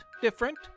different